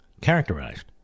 characterized